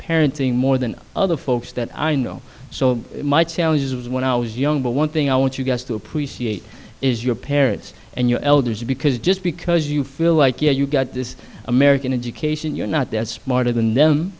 parenting more than other folks that i know so my challenges when i was young but one thing i want you guys to appreciate is your parents and your elders because just because you feel like you you got this american education you're not that smarter than them